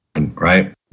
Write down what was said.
right